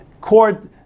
court